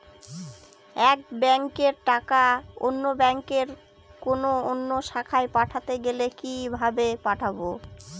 এক ব্যাংকের টাকা অন্য ব্যাংকের কোন অন্য শাখায় পাঠাতে গেলে কিভাবে পাঠাবো?